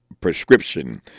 prescription